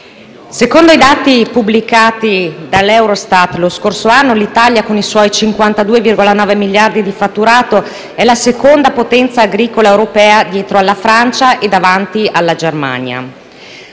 secondo i dati pubblicati dall'Eurostat lo scorso anno, l'Italia, con i suoi 52,9 miliardi di fatturato, è la seconda potenza agricola europea, dietro alla Francia e davanti alla Germania.